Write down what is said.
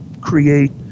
create